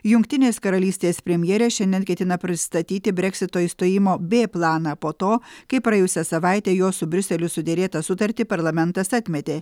jungtinės karalystės premjerė šiandien ketina pristatyti breksito išstojimo b planą po to kai praėjusią savaitę jos su briuseliu suderėtą sutartį parlamentas atmetė